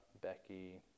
Becky